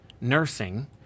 nursing